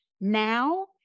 now